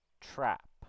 trap